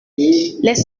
les